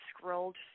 scrolled